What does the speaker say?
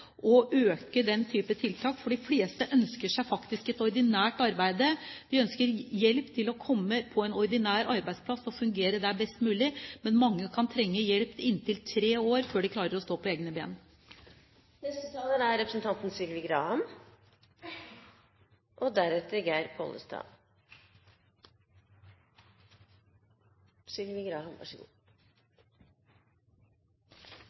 øke den typen tiltak. De fleste ønsker seg faktisk et ordinært arbeid, de ønsker hjelp til å komme på en ordinær arbeidsplass og fungere best mulig der. Men mange kan trenge hjelp i inntil tre år før de klarer å stå på egne ben. Jeg vil takke representanten